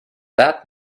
that